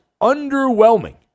underwhelming